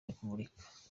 repubulika